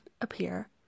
appear